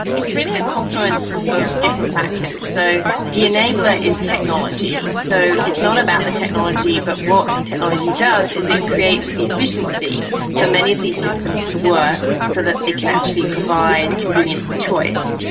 it's really a confluence of different factors. so the enabler is technology. so it's not about the technology but what technology does is it creates the efficiency for many of these systems to work so that they can actually provide convenience and choice,